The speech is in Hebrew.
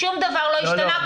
שום דבר לא השתנה.